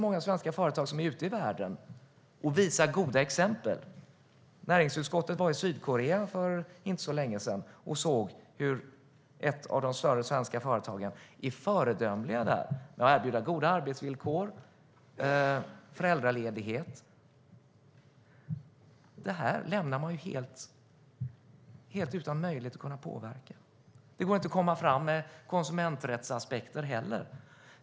Många svenska företag är ute i världen och utgör goda exempel. Näringsutskottet var i Sydkorea för inte så länge sedan och såg hur ett av de större svenska företagen var ett föredöme och erbjöd goda arbetsvillkor och föräldraledighet. Detta lämnar man helt utan möjlighet att påverka. Det går inte heller att föra fram konsumenträttsaspekter.